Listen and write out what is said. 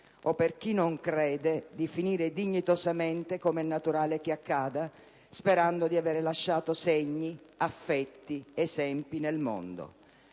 o, per chi non crede, di finire dignitosamente, come è naturale che accada, sperando di aver lasciato segni, affetti, esempi nel mondo.